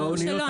ברור שלא.